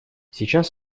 сейчас